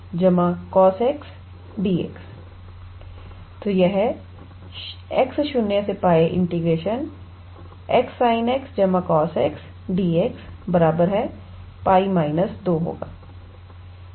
तो यह x0𝜋 𝑥 sin 𝑥 cos 𝑥𝑑𝑥 𝜋 − 2 होगा